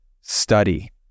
study